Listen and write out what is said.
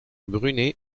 brunet